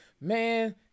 Man